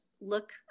look